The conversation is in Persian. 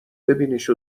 ببینیش